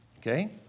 Okay